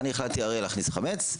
אני החלטתי הרי להכניס חמץ.